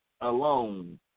alone